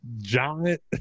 giant